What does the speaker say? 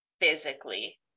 physically